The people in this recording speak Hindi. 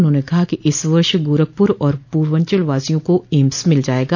उन्होंने कहा कि इस वर्ष गोरखपुर और पूर्वांचल वासियों को एम्स मिल जायेगा